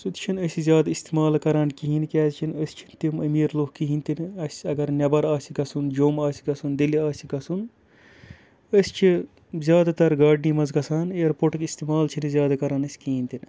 سُہ تہِ چھِنہٕ أسۍ زیادٕ استعمال کَران کِہیٖنۍ کیٛازِ کہِنہٕ أسۍ چھِنہٕ تِم أمیٖر لُکھ کِہیٖنۍ تہِ نہٕ اَسہِ اگر نٮ۪بَر آسہِ گژھُن جوٚم آسہِ گژھُن دِلہِ آسہِ گژھُن أسۍ چھِ زیادٕ تَر گاڑنی منٛز گژھان اِیَرپوٹُک اِستعمال چھِنہٕ زیادٕ کَران أسۍ کِہیٖنۍ تہِ نہٕ